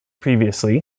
previously